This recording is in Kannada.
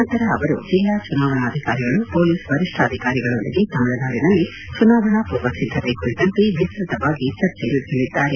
ನಂತರ ಅವರು ಜಿಲ್ಲಾ ಚುನಾವಣಾ ಅಧಿಕಾರಿಗಳು ಪೊಲೀಸ್ ವರಿಷ್ಠಾಧಿಕಾರಿಗಳೊಂದಿಗೆ ತಮಿಳುನಾಡಿನಲ್ಲಿ ಬುನಾವಣಾ ಪೂರ್ವ ಸಿದ್ಧತೆ ಕುರಿತಂತೆ ವಿಸ್ತೃತವಾಗಿ ಚರ್ಚಿಸಲಿದ್ದಾರೆ